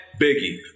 Biggie